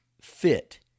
fit